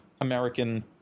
American